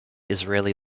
israeli